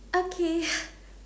okay